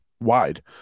wide